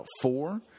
Four